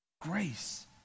grace